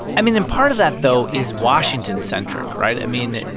i mean and part of that, though, is washington-centric, right? i mean,